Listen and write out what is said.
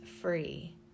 free